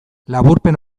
laburpen